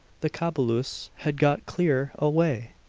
the cobulus had got clear away!